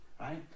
right